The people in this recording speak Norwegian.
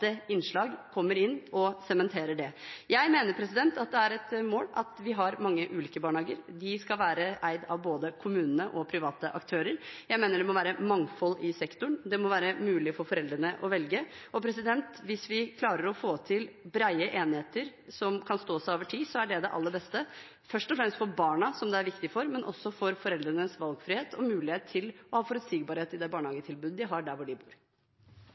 innslag kommer inn og sementerer det. Jeg mener det er et mål at vi har mange ulike barnehager, og de skal være eid av både kommunene og private aktører. Jeg mener det må være et mangfold i sektoren, og det må være mulig for foreldrene å velge. Hvis vi klarer å få til brede enigheter som kan stå seg over tid, er det det aller beste. Det er først og fremst viktig for barna, men også for foreldrenes valgfrihet og mulighet til å ha forutsigbarhet i det barnehagetilbudet de har, der hvor de bor.